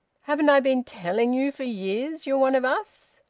haven't i been telling you for years you're one of us?